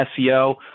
SEO